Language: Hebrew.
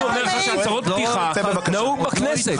אבל אני אומר לך שהצהרות פתיחה נהוגות בכנסת.